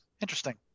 Interesting